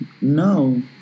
No